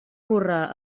burra